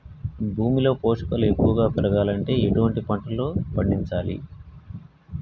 భూమిలో పోషకాలు ఎక్కువగా పెరగాలంటే ఎటువంటి పంటలు పండించాలే?